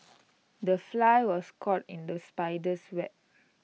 the fly was caught in the spider's web